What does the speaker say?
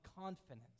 confidence